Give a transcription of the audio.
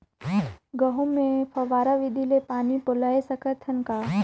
गहूं मे फव्वारा विधि ले पानी पलोय सकत हन का?